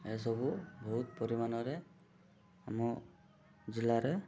ଏସବୁ ବହୁତ ପରିମାଣରେ ଆମ ଜିଲ୍ଲାରେ